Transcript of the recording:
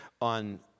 on